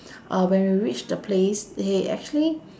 uh when we reach the place he actually